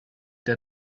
der